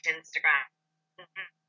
Instagram